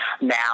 now